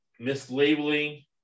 mislabeling